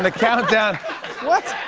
and countdown what?